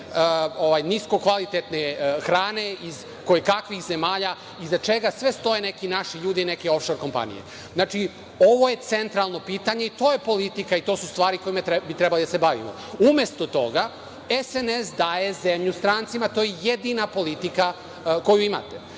nisko kvalitetne hrane iz koje-kakvih zemalja iza čega stoje naši ljudi, neke of-šor kompanije. Ovo je centralno pitanje, i to je politika, i to su stvari kojima bi trebalo da se bavimo. Umesto toga, SNS daje zemlju strancima. To je jedina politika koju ima.